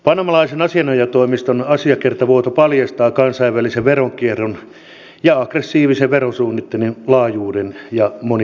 panamalaisen asianajotoimiston asiakirjavuoto paljastaa kansainvälisen veronkierron ja aggressiivisen verosuunnittelun laajuuden ja monimuotoisuuden